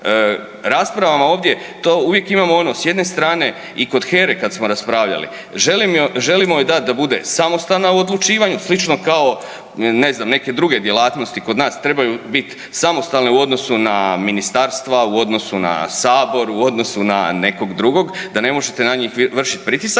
Rasprava ovdje, to uvijek imamo ono, s jedne strane i kod HERA-e kad smo raspravljali, želimo joj dati da bude samostalna u odlučivanju, slično kao ne znam, neke druge djelatnosti kod nas, trebaju bit samostalne u odnosu na ministarstva, u odnosu na Sabor, u odnosu na nekog drugog, da ne možete na njih vršiti pritisak,